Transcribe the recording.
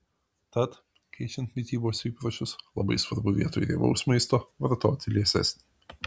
tad keičiant mitybos įpročius labai svarbu vietoj riebaus maisto vartoti liesesnį